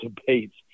debates